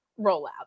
rollout